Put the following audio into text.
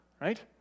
Right